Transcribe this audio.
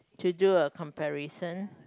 to do a comparison